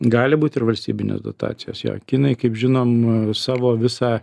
gali būt ir valstybinės dotacijos jo kinai kaip žinom savo visą